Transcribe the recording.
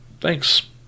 thanks